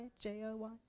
J-O-Y